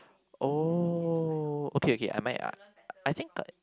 oh okay okay I might uh I think I